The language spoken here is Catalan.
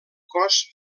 cos